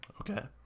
okay